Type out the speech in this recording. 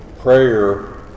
prayer